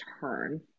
turn